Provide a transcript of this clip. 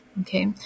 okay